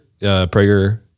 Prager